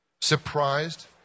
Surprised